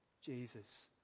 Jesus